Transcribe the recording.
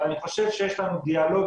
אבל אני חושב שיש לנו דיאלוג